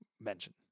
mention